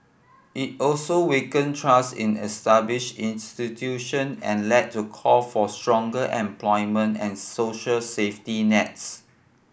it also weakened trust in established institution and led to call for stronger employment and social safety nets